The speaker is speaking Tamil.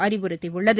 அறிவுறுத்தியுள்ளது